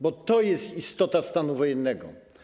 Bo to jest istota stanu wojennego.